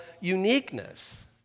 uniqueness